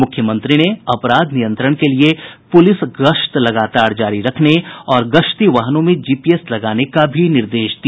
मुख्यमंत्री ने अपराध नियंत्रण के लिए पुलिस गश्त लगातार जारी रखने और गश्ती वाहनों में जीपीएस लगाने का भी निर्देश दिया